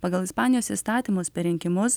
pagal ispanijos įstatymus per rinkimus